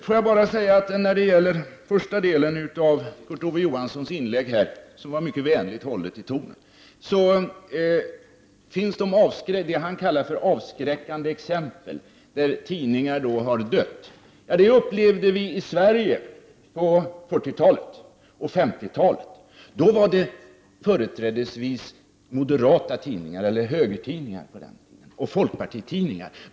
I inledningen av sitt huvudanförande här — jag måste säga att tonen var mycket vänlig — talar Kurt Ove Johansson om avskräckande exempel på tidningsdöden. Det var något som vi i Sverige upplevde på 40 och 50-talen. Det var företrädesvis moderata tidningar — eller högertidningar, som de kallades på den tiden — och folkpartitidningar som drabbades.